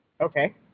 Okay